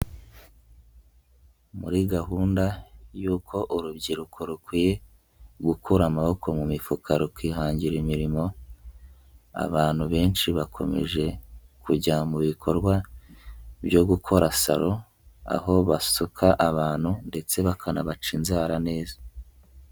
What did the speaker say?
Muri gahunda y'uko urubyiruko rukwiye gukura amaboko mu mifuka rukihangira imirimo abantu benshi bakomeje kujya mu bikorwa byo gukora salo aho basuka abantu ndetse bakanabaca inzara neza.